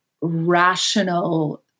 rational